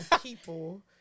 people